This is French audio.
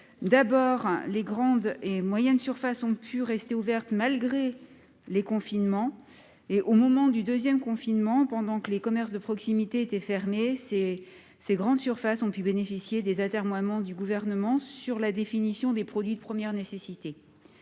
le dire ! Les grandes et moyennes surfaces ont pu rester ouvertes malgré les confinements. Au moment du deuxième confinement, pendant que les commerces de proximité étaient fermés, elles ont pu bénéficier des atermoiements du Gouvernement sur la définition des produits de première nécessité.